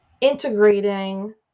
integrating